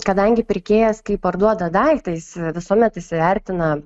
kadangi pirkėjas kai parduoda daiktą jis visuomet įvertina